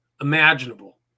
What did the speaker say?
imaginable